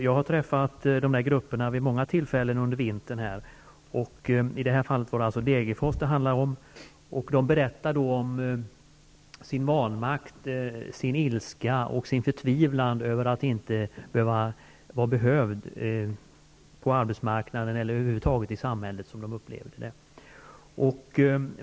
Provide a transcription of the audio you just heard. Jag har träffat dessa grupper vid många tillfällen under vintern. I detta fall handlade det om Degerfors. De personer som var med i projektet berättade för mig om sin vanmakt, sin ilska och sin förtvivlan över att inte vara behövda på arbetsmarknaden eller över huvud taget i samhället. Det var så de upplevde det.